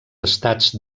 estats